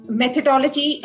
methodology